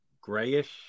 Grayish